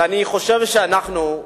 ואני חושב שאנחנו,